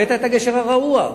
הבאת את הגשר הרעוע?